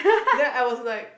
then I was like